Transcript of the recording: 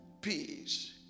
peace